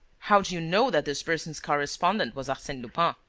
how do you know that this person's correspondent was arsene lupin?